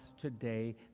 today